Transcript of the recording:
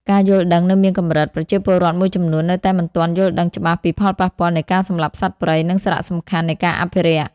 ការយល់ដឹងនៅមានកម្រិត ប្រជាពលរដ្ឋមួយចំនួននៅតែមិនទាន់យល់ដឹងច្បាស់ពីផលប៉ះពាល់នៃការសម្លាប់សត្វព្រៃ និងសារៈសំខាន់នៃការអភិរក្ស។